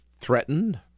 threatened